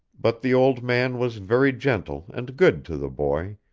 but the old man was very gentle and good to the boy,